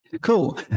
Cool